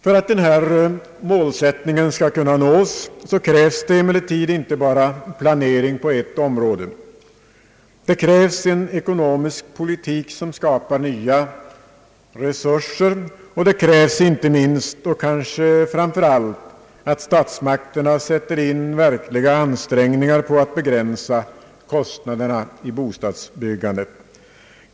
För att denna målsättning skall kunna nås krävs emellertid planering inte bara på ett område. Det krävs en ekonomisk politik som skapar nya resurser, och det krävs inte minst utan kanske framför allt att statsmakterna sätter in verkliga ansträngningar på att begränsa kostnaderna i bostadsbyggandet.